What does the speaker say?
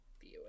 view